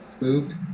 Moved